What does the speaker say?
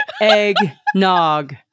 Eggnog